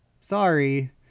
sorry